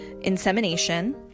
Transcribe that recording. insemination